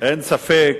אין ספק,